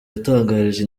yatangarije